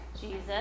Jesus